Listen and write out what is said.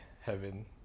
Heaven